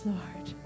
Lord